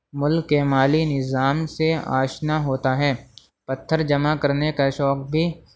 ملک کے مالی نظام سے آشنا ہوتا ہے پتھر جمع کرنے کا شوق بھی